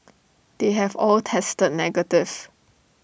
they have all tested negative